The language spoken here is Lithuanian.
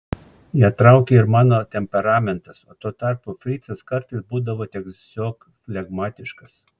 ją traukė ir mano temperamentas o tuo tarpu fricas kartais būdavo tiesiog flegmatiškas